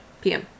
PM